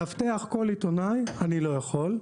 לאבטח כל עיתונאי אני לא יכול.